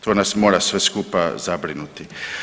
To nas mora sve skupa zabrinuti.